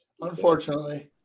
Unfortunately